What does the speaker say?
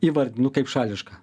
įvardinu kaip šališką